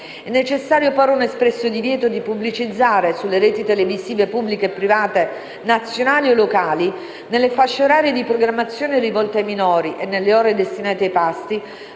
È necessario porre un espresso divieto di pubblicizzare sulle reti televisive pubbliche e private, nazionali o locali, nelle fasce orarie di programmazione rivolte ai minori e nelle ore destinate ai pasti,